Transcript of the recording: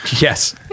Yes